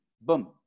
Boom